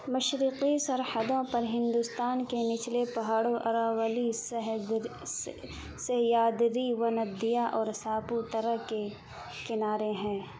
مشرقی سرحدوں پر ہندوستان کے نچلے پہاڑوں اراولی سہیادری وندھیا اور ساپوترا کے کنارے ہیں